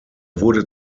wurde